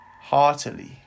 heartily